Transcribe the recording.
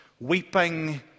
weeping